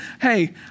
hey